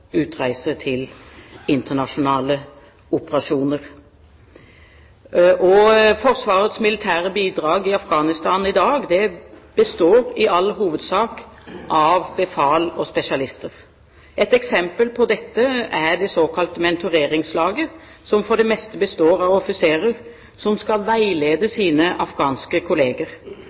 utreise til internasjonale operasjoner. Forsvarets militære bidrag i Afghanistan i dag består i all hovedsak av befal og spesialister. Et eksempel på dette er det såkalte mentoreringslaget, som for det meste består av offiserer som skal veilede sine afghanske kolleger.